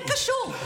זה כן קשור.